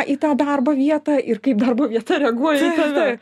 į tą darbo vietą ir kaip darbo vieta reaguoja į tave